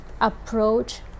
approach